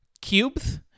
Cubes